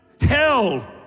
hell